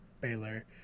Baylor